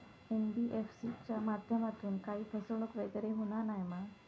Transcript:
NBFC च्या माध्यमातून काही फसवणूक वगैरे होना नाय मा?